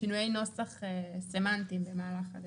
נוסח סמנטיים במהלך הדרך.